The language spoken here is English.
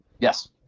Yes